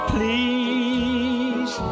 Please